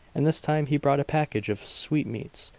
and this time he brought a package of sweetmeats,